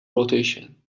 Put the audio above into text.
rotation